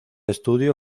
estudio